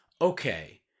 okay